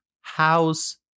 house